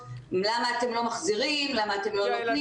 ולמה שואלים למה אנחנו לא מחזירים ולא נותנים.